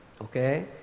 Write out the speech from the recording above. okay